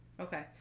Okay